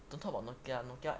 don't talk about nokia nokia